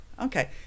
okay